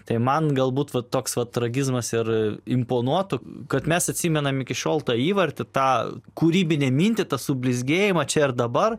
tai man galbūt va toks va tragizmas ir imponuotų kad mes atsimenam iki šiol tą įvartį tą kūrybinę mintį tą sublizgėjimą čia ir dabar